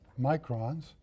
microns